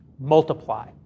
multiply